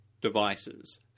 devices